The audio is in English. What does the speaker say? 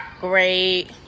great